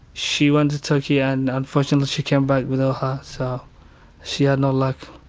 she went to turkey and unfortunately she came back without her. so she had no luck.